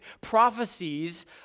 prophecies